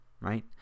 right